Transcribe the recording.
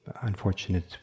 unfortunate